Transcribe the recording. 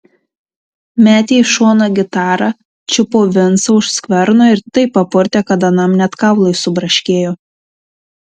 metė į šoną gitarą čiupo vincą už skverno ir taip papurtė kad anam net kaulai subraškėjo